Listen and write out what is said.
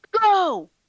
go